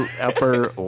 upper